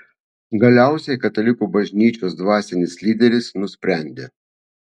galiausiai katalikų bažnyčios dvasinis lyderis nusprendė